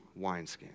wineskins